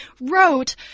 wrote